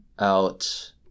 Out